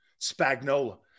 Spagnola